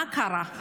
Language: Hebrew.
מה קרה?